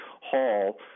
hall